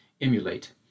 emulate